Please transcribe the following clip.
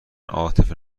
عاطفه